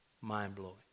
Mind-blowing